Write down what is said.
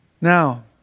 Now